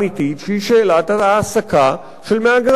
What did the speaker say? שהיא שאלת ההעסקה של מהגרי העבודה.